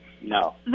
no